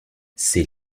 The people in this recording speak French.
c’est